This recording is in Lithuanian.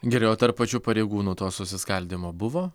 gerai o tarp pačių pareigūnų to susiskaldymo buvo